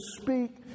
speak